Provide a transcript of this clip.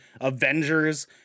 Avengers